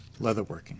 leatherworking